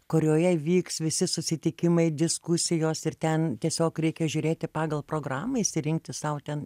kurioje vyks visi susitikimai diskusijos ir ten tiesiog reikia žiūrėti pagal programą išsirinkti sau ten